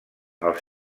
els